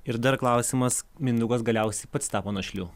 ir dar klausimas mindaugas galiausiai pats tapo našliu